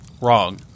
Wrong